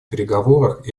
переговорах